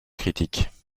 critiques